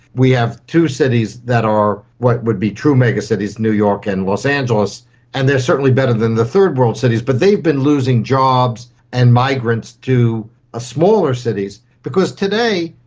we have two cities that are what would be true megacities new york and los angeles and they are certainly better than the third world cities, but they've been losing jobs and migrants to ah smaller cities, because today,